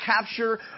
capture